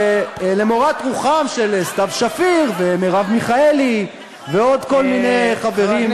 למורת רוחם של סתיו שפיר ומרב מיכאלי ועוד כל מיני חברים,